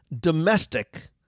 domestic